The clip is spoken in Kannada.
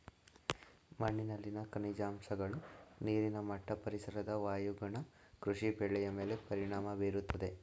ಮಣ್ಣಿನಲ್ಲಿನ ಖನಿಜಾಂಶಗಳು, ನೀರಿನ ಮಟ್ಟ, ಪರಿಸರದ ವಾಯುಗುಣ ಕೃಷಿ ಬೆಳೆಯ ಮೇಲೆ ಪರಿಣಾಮ ಬೀರುತ್ತದೆ